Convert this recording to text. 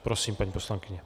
Prosím, paní poslankyně.